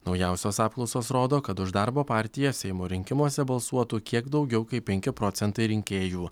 naujausios apklausos rodo kad už darbo partiją seimo rinkimuose balsuotų kiek daugiau kaip penki procentai rinkėjų